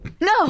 No